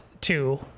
two